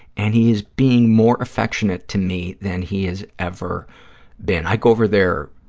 and he is being more affectionate to me than he has ever been. i go over there,